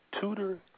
tutor